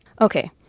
Okay